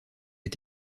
est